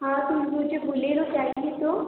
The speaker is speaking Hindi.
हाँ तो मुझे बुलेरो चाहिए तो